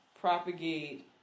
propagate